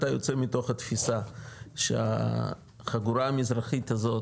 יוצא מתוך התפיסה שהחגורה המזרחית הזאת